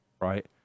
right